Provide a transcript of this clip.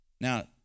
Now